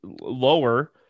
lower